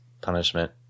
punishment